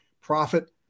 profit